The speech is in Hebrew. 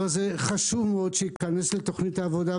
חשוב מאוד שהדבר הזה ייכנס לתוכנית העבודה,